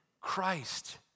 Christ